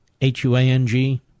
H-U-A-N-G